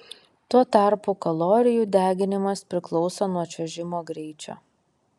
tuo tarpu kalorijų deginimas priklauso nuo čiuožimo greičio